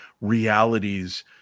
realities